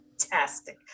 Fantastic